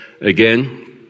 again